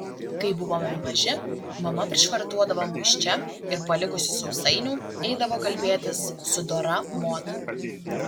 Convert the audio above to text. kai buvome maži mama prišvartuodavo mus čia ir palikusi sausainių eidavo kalbėtis su dora mod